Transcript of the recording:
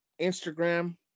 Instagram